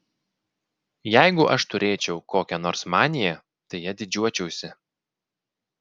jeigu aš turėčiau kokią nors maniją tai ja didžiuočiausi